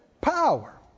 power